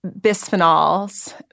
bisphenols